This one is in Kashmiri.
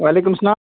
واعلیکُم اسلام